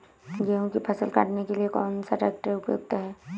गेहूँ की फसल काटने के लिए कौन सा ट्रैक्टर उपयुक्त है?